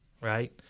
right